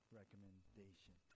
recommendation